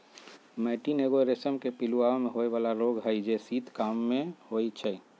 मैटीन एगो रेशम के पिलूआ में होय बला रोग हई जे शीत काममे होइ छइ